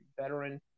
veteran